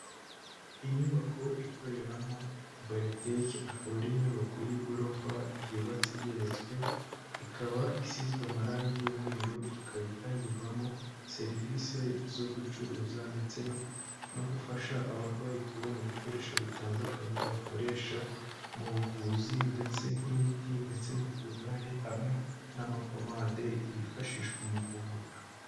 Inyubako ikoreramo bayoteki ikaba ari inyubako y'igorofa yubatse igeretse ikaba isizwe amarangi y'umweru ikaba itangirwamo serivisi zo gucuruza ndetse no no gufasha abarwayi kubona ibikoresho bitandukanye bakoresha mu buvuzi ndetse nk'imiti ndetse n'utugare hamwe n'amapomade yifashishwa mu kuvura.